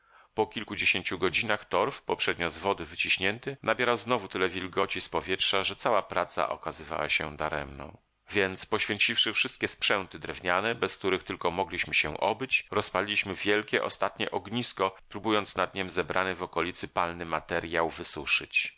po kilkudziesięciu godzinach torf poprzednio z wody wyciśnięty nabierał znowu tyle wilgoci z powietrza że cała praca okazywała się daremną więc poświęciwszy wszystkie sprzęty drewniane bez których tylko mogliśmy się obyć rozpaliliśmy wielkie ostatnie ognisko próbując nad niem zebrany w okolicy palny materjał wysuszyć